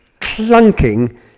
clunking